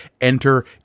enter